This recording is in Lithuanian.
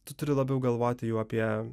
tu turi labiau galvoti jau apie